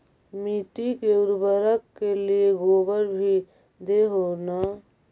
मिट्टी के उर्बरक के लिये गोबर भी दे हो न?